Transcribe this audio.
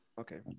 okay